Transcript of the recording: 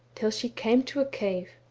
till she came to a cave.